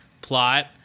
plot